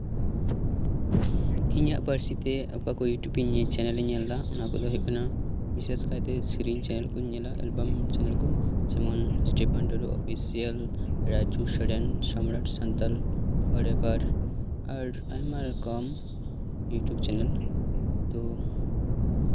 ᱤᱧᱟᱹᱜ ᱯᱟᱹᱨᱥᱤ ᱛᱮ ᱚᱠᱟ ᱠᱚ ᱤᱭᱩᱴᱩᱵᱽ ᱪᱮᱱᱮᱞ ᱧᱮᱞ ᱮᱫᱟ ᱚᱱᱟ ᱠᱚᱫᱚ ᱦᱩᱭᱩᱜ ᱠᱟᱱᱟ ᱵᱤᱥᱮᱥ ᱠᱟᱭᱛᱮ ᱥᱮᱨᱮᱧ ᱮᱞᱵᱟᱢ ᱪᱮᱱᱮᱞ ᱠᱚᱧ ᱧᱮᱞᱟ ᱡᱮᱢᱚᱱ ᱵᱤᱥᱮᱥ ᱠᱟᱭᱛᱮ Stephen Tudu official channel Raju Soren Santal forever ᱟᱨ ᱟᱭᱢᱟ ᱨᱚᱠᱚᱢ ᱤᱭᱩᱴᱩᱵᱽ ᱪᱮᱱᱮᱞ ᱛᱳ